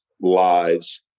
lives